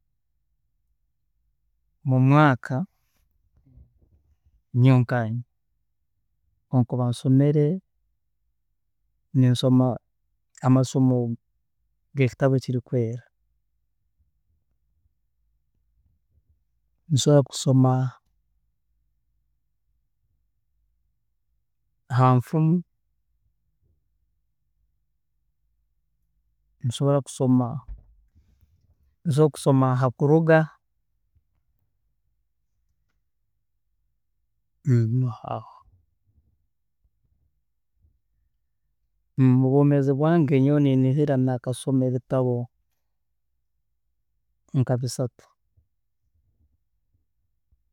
Omwaaka nyowe nkanye obu nkuba nsomere, ninsoma amasomo gekitabo ekiri kweera, nsobola kusoma ha nfumu, nsobola nsobola kusoma ha Kuruga, niho aho, mubwoomeezi bwange nyowe niinihira naakasoma ebitabo nka bisatu.